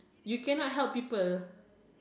you cannot help people